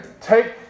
take